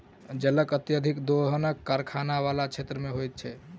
जलक अत्यधिक दोहन कारखाना बला क्षेत्र मे होइत छै